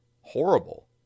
horrible